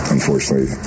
Unfortunately